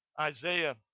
Isaiah